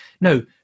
no